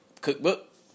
cookbook